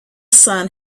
sun